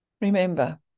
Remember